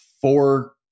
four